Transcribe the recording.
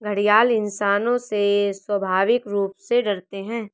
घड़ियाल इंसानों से स्वाभाविक रूप से डरते है